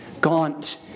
gaunt